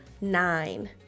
nine